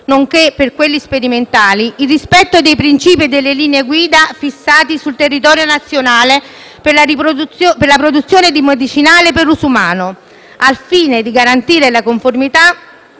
nonché per quelli sperimentali, il rispetto dei principi e delle linee guida fissati sul territorio nazionale per la produzione di medicinali per uso umano, al fine di garantire la conformità